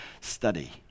study